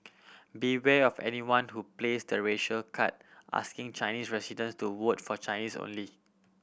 beware of anyone who plays the racial card asking Chinese residents to vote for Chinese only